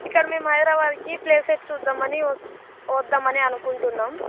ఇక్కడ మేము హైదరాబాద్కి ప్లేసెస్ చూద్దామని వస్ వద్దామని అనుకుంటున్నాము